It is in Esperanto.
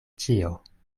ĉio